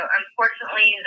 unfortunately